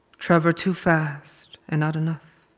trevor too fast and not enough.